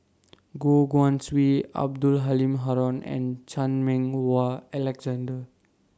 Goh Guan Siew Abdul Halim Haron and Chan Meng Wah Alexander